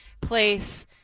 place